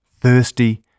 thirsty